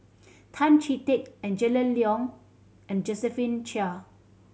Tan Chee Teck Angela Liong and Josephine Chia